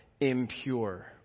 impure